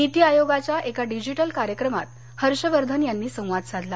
नीती आयोगाच्या एका डिजिटल कार्यक्रमात हर्षवर्धन यांनी संवाद साधला